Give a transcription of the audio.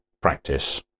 practice